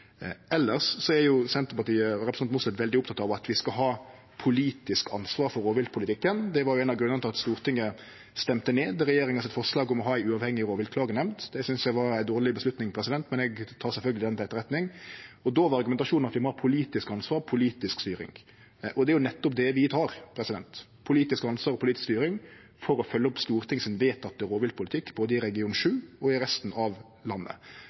og representanten Mossleth veldig opptekne av at vi skal ta politisk ansvar for rovviltpolitikken. Det var ein av grunnane til at Stortinget stemte ned regjeringa sitt forslag om å ha ei uavhengig rovviltklagenemnd. Det synest eg var ei dårleg avgjerd, men eg tek ho sjølvsagt til etterretning. Då var argumentasjonen at vi må ta politisk ansvar, ta politisk styring. Det er nettopp det vi gjer. Vi tek politisk ansvar og politisk styring for å følgje opp Stortingets vedtekne rovviltpolitikk både i region 7 og i resten av landet.